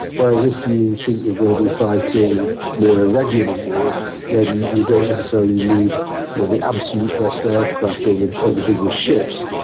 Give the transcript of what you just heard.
whereas if you think you're going to be fighting more irregular wars then you don't necessarily need the the absolute best aircraft or the ah the biggest ships,